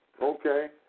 Okay